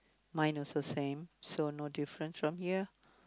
mine is the same so no difference from here